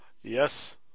Yes